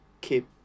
keep